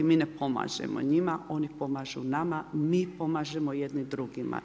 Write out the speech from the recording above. Mi ne pomažemo njima, oni pomažu nama, mi pomažemo jedni drugima.